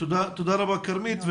תודה רבה כרמית.